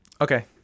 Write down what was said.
okay